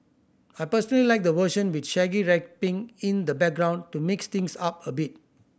I personally like the version with Shaggy rapping in the background to mix things up a bit